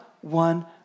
one